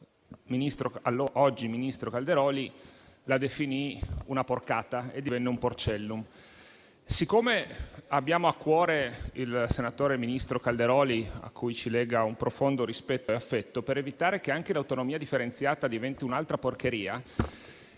stesso ministro Calderoli la definì una "porcata", divenendo così nota come *porcellum*. Siccome abbiamo a cuore il senatore e ministro Calderoli, a cui ci lega un profondo rispetto e affetto, per evitare che anche l'autonomia differenziata diventi un'altra porcheria,